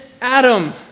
Adam